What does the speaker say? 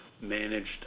managed